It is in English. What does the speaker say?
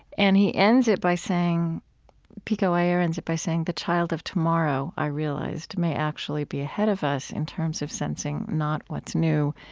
and he ends it by saying pico iyer ends it by saying, the child of tomorrow, i realized, may actually be ahead of us in terms of sensing not what's new,